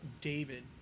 David